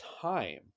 time